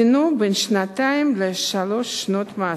דינו בין שנתיים לשלוש שנות מאסר.